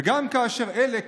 וגם כאשר אלה,